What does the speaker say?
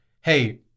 hey